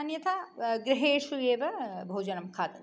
अन्यथा गृहेषु एव भोजनं खादन्ति